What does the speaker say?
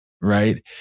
right